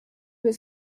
his